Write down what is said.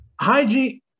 Hygiene